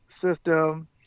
system